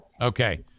Okay